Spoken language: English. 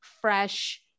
fresh